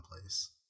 place